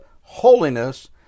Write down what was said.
holiness